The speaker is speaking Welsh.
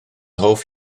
hoff